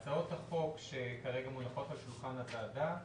הצעות החוק שכרגע מונחות על שולחן הוועדה,